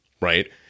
right